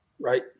right